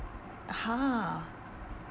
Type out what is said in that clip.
!huh!